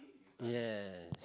yes